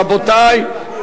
רבותי,